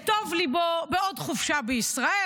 כטוב ליבו בעוד חופשה בישראל,